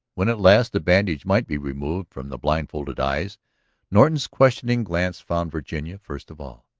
when at last the bandage might be removed from the blindfolded eyes norton's questing glance found virginia first of all.